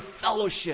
fellowship